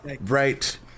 right